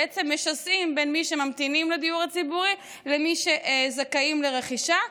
בעצם משסעים בין מי שממתינים לדיור הציבורי למי שזכאים לרכישה,